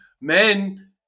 men